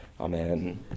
Amen